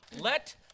Let